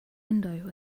window